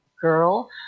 girl